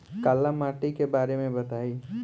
काला माटी के बारे में बताई?